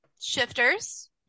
shifters